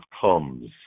comes